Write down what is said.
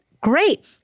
great